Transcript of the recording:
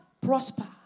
Prosper